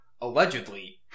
allegedly